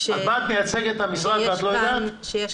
את מייצגת את המשרד ואת לא יודעת?